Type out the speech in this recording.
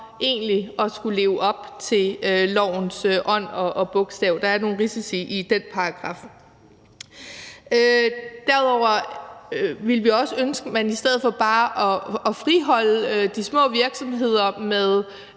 egentlig at skulle leve op til lovens ånd og bogstav; der er nogle risici i forhold til den paragraf. Derudover ville vi også ønske, at man i stedet for at friholde de små virksomheder med